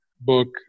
book